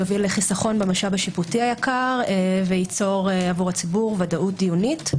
יוביל לחיסכון במשאב השיפוטי היקר וייצור לציבור ודאות דיונית.